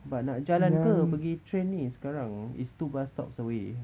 but nak jalan ke pergi train ni sekarang it's two bus stops away